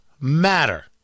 matter